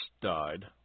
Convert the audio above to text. died